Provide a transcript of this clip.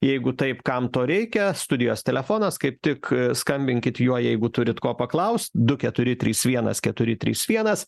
jeigu taip kam to reikia studijos telefonas kaip tik skambinkit juo jeigu turit ko paklaust du keturi trys vienas keturi trys vienas